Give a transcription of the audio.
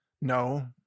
No